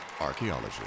Archaeology